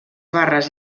barres